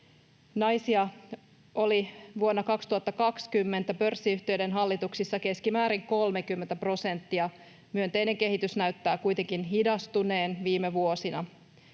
Naisia oli vuonna 2020 pörssiyhtiöiden hallituksissa keskimäärin 30 prosenttia. Myönteinen kehitys näyttää kuitenkin hidastuneen viime vuosina.